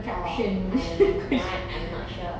oh I don't know that [one] I'm not sure